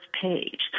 page